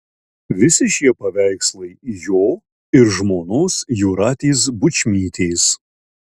visi šie paveikslai jo ir žmonos jūratės bučmytės